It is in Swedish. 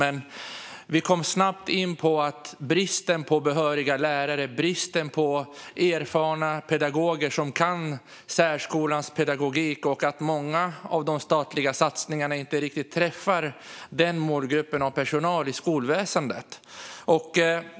Men vi kom snabbt in på bristen på behöriga lärare och bristen på erfarna pedagoger som kan särskolans pedagogik och att många av de statliga satsningarna inte riktigt träffar denna målgrupp av personal i skolväsendet.